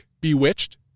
bewitched